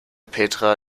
petra